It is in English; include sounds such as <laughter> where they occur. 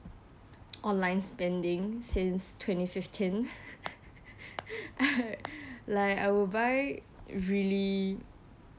online spending since twenty fifteen <laughs> I like I would buy really